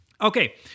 Okay